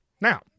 Now